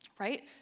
right